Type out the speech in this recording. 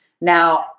Now